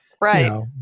Right